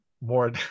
more